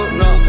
no